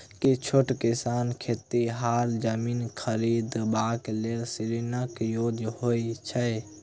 की छोट किसान खेतिहर जमीन खरिदबाक लेल ऋणक योग्य होइ छै?